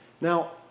Now